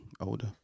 older